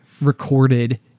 recorded